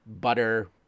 butter